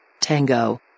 Tango